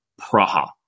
Praha